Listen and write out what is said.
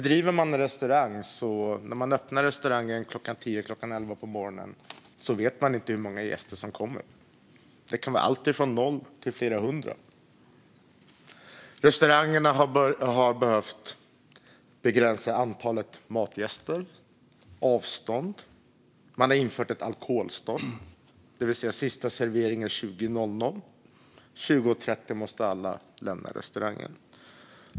Driver man en restaurang vet man inte när man öppnar klockan 10 eller klockan 11 på morgonen hur många gäster som kommer under dagen. Det kan vara alltifrån noll till flera hundra. Restaurangerna har behövt begränsa antalet matgäster och se till att gästerna håller avstånd. Det har införts ett alkoholstopp, det vill säga att sista servering är klockan 20. Och klockan 20.30 måste alla lämna restaurangen.